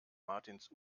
martins